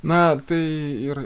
na tai ir